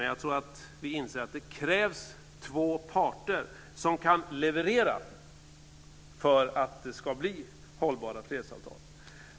Jag tror att vi inser att det krävs två parter som kan leverera för att det ska bli hållbara fredsavtal.